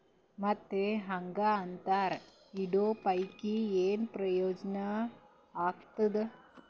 ಮತ್ತ್ ಹಾಂಗಾ ಅಂತರ ಇಡೋ ಪೈಕಿ, ಏನ್ ಪ್ರಯೋಜನ ಆಗ್ತಾದ?